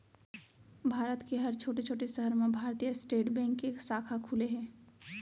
भारत के हर छोटे छोटे सहर म भारतीय स्टेट बेंक के साखा खुले हे